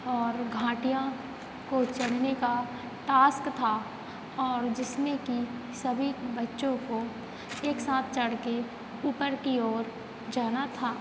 और घाटियाँ को चढ़ने का टास्क था और जिसमें कि सभी बच्चो को एक साँथ चढ़कर ऊपर की ओर जाना था